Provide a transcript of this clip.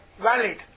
valid